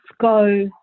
go